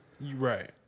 right